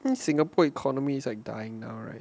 I think singapore economy is like dying now right